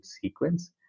sequence